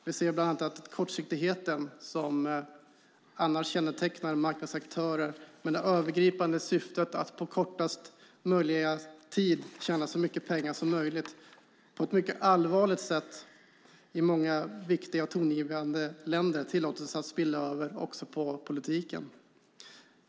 Vi ser bland annat att den kortsiktighet som annars kännetecknar marknadsaktörer med det övergripande syftet att på kortast möjliga tid tjäna så mycket pengar som möjligt på ett mycket allvarligt sätt i många viktiga och tongivande länder tillåts spilla över också på politiken.